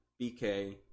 BK